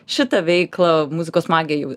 šitą veiklą muzikos magija jau